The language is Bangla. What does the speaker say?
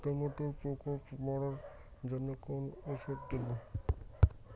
টমেটোর পোকা মারার জন্য কোন ওষুধ দেব?